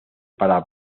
para